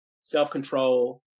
self-control